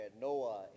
Noah